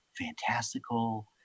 fantastical